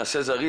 מנשה הס בבקשה.